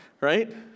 right